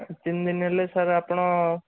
ତିନିଦିନ ହେଲେ ସାର୍ ଆପଣ